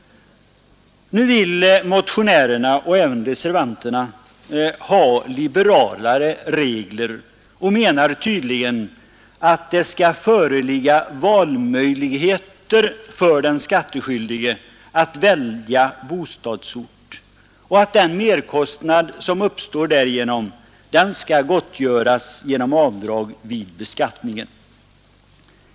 Nu vill motionärerna och även reservanterna ha liberalare regler och menar tydligen att det skall föreligga möjligheter för den skattskyldige att välja bostadsort samt att den merkostnad som uppstår därigenom skall gottgöras genom avdrag vid beskattningen.